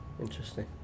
Interesting